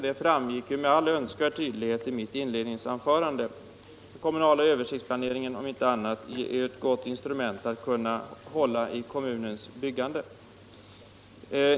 Detta framgick också med all önskvärd tydlighet 1 mitt inledningsanförande. Den kommunala översiktsplaneringen, om inte annat, är ett gott instrument när det gäller att hålla i kommunens byggande.